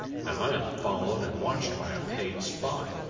and i am followed and watched by a paid spy.